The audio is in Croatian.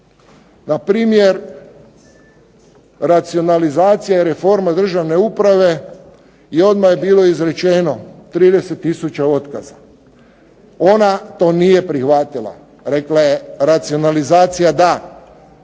Npr. racionalizacija i reforma državne uprave i odmah je bilo izrečeno 30 tisuća otkaza. Ona to nije prihvatila. Rekla je racionalizacija da,